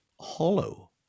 hollow